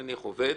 עובד,